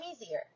easier